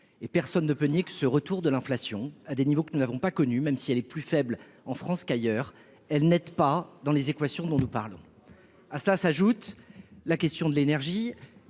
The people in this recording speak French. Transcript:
et personne ne peut nier que ce retour de l'inflation, à des niveaux que nous n'avons pas connu, même si elle est plus faible en France qu'ailleurs, elle n'est pas dans les équations dont nous parlons, à cela s'ajoute la question de l'énergie,